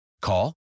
Call